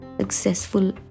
successful